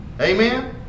Amen